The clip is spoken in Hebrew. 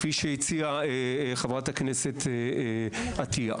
כפי שהציעה חברת הכנסת עטיה,